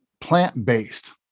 plant-based